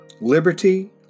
Liberty